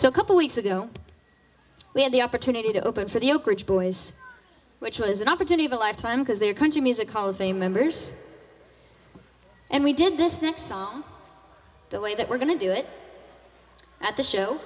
so a couple weeks ago we had the opportunity to open for the oak ridge boys which was an opportunity of a lifetime because they are country music hall of fame members and we did this next song the way that we're going to do it at the show